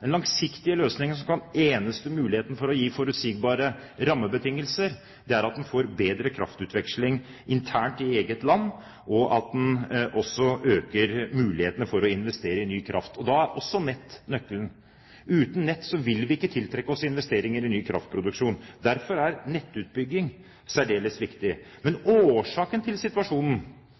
Den langsiktige løsningen, som er den eneste muligheten for å gi forutsigbare rammebetingelser, er at man får bedre kraftutveksling internt i eget land, og at man også øker mulighetene for å investere i ny kraft. Da er også nett nøkkelen. Uten nett vil vi ikke tiltrekke oss investeringer i ny kraftproduksjon. Derfor er nettutbygging særdeles viktig. Men årsakene til situasjonen